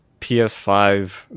ps5